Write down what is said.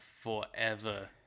forever